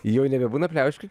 jau nebebūna pliauškių